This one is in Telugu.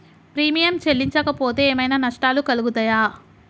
ప్రీమియం చెల్లించకపోతే ఏమైనా నష్టాలు కలుగుతయా?